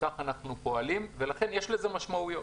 ולדבר הזה יש משמעויות.